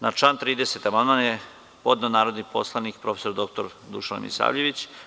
Na član 30. amandman je podneo narodni poslanik prof. dr Dušan Milisavljević.